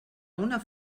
una